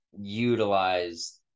utilize